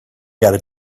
gotta